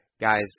Guys